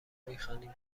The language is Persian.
میخوانیم